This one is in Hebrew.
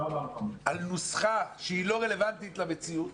על נוסחה שהיא לא רלוונטית למציאות,